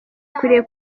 akwiriye